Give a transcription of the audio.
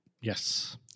Yes